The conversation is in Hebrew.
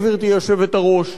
גברתי היושבת-ראש,